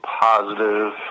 positive